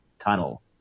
tunnel